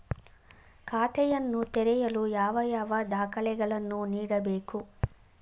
ಖಾತೆಯನ್ನು ತೆರೆಯಲು ಯಾವ ಯಾವ ದಾಖಲೆಗಳನ್ನು ನೀಡಬೇಕು?